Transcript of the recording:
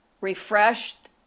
refreshed